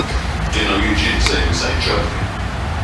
tie nauji džinsai visai čiotki